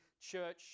church